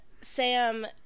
Sam